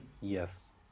Yes